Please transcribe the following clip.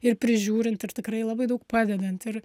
ir prižiūrint ir tikrai labai daug padedant ir